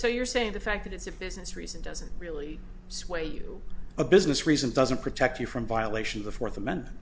so you're saying the fact that it's a business reason doesn't really sway you a business reason doesn't protect you from violation of the fourth amendment